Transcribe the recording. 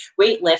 weightlifting